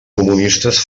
comunistes